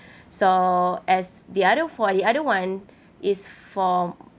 so as the other for the other [one] is for